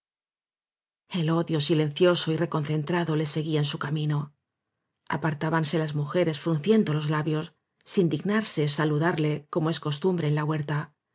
el odio silencioso y reconcentrado le seguía en su camino apartábanse las mujeres fruncien do los labios sin dignarse saludarle como es costumbre en la huerta